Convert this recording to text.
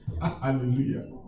Hallelujah